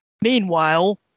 Meanwhile